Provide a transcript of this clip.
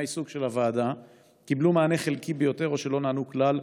העיסוק של הוועדה קיבלו מענה חלקי ביותר או שלא נענו כלל,